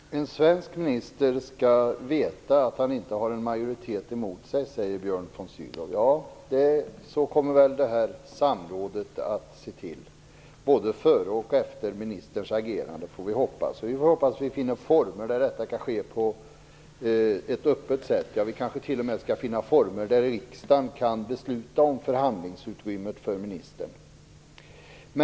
Fru talman! En svensk minister skall veta att han inte har en majoritet emot sig, säger Björn von Sydow. Ja, att det blir så kommer väl det här samrådet att se till, både före och efter ministerns agerande, får vi hoppas. Vi får hoppas att vi finner former för hur detta kan ske på ett öppet sätt. Vi kanske t.o.m. skall finna former för riksdagen att besluta om förhandlingsutrymmet för ministern.